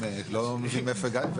לא יודע מאיפה הגעת?